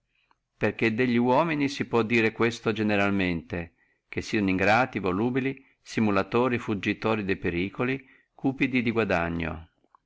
perché delli uomini si può dire questo generalmente che sieno ingrati volubili simulatori e dissimulatori fuggitori de pericoli cupidi di guadagno